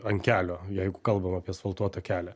ant kelio jeigu kalbam apie asfaltuotą kelią